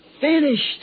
finished